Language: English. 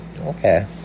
Okay